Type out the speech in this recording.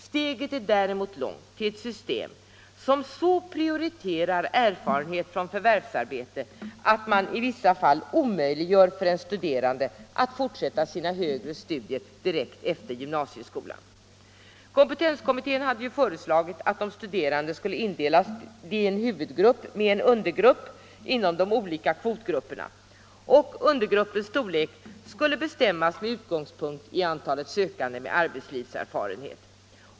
Steget är däremot långt till ett system som så prioriterar erfarenhet från förvärvsarbete att man i vissa fall omöjliggör för den studerande att fortsätta sina högre studier direkt efter gymnasieskolan. Kompetenskommittén hade ju föreslagit att de studerande skulle indelas i en huvudgrupp och en undergrupp inom de olika kvotgrupperna. Undergruppens storlek skulle bestämmas med utgångspunkt i antalet sökande med arbetslivserfarenhet.